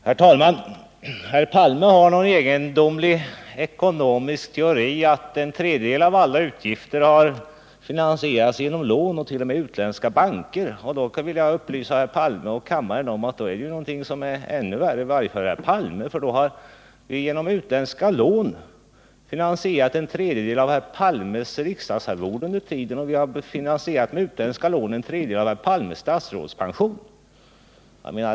Herr talman! Herr Palme har någon egendomlig ekonomisk teori om att en tredjedel av alla utgifter har finansierats genom lån, t.o.m. i utländska banker. Då vill jag upplysa herr Palme och kammaren om att det i så fall är ännu värre än herr Palme tror, för då har en tredjedel av herr Palmes riksdagsarvode och en tredjedel av herr Palmes statsrådspension under denna tid finansierats genom utländska lån.